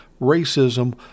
racism